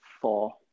four